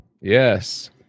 Yes